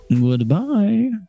Goodbye